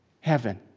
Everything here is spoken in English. heaven